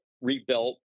rebuilt